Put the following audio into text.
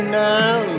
now